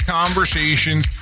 conversations